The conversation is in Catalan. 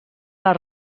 les